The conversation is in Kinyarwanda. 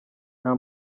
nta